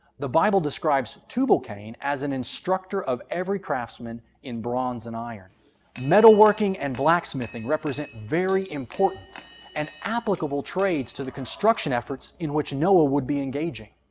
the bible describes tubal-cain as an instructor of every craftsman in bronze and iron metalworking and blacksmithing represent very important and applicable trades to the construction efforts in which noah would be engaging.